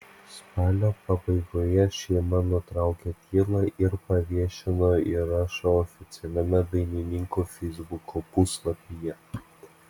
spalio pabaigoje šeima nutraukė tylą ir paviešino įrašą oficialiame dainininko feisbuko puslapyje